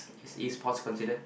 is pause considered